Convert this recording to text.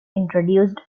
introduced